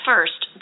First